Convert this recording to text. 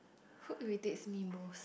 who irritates me most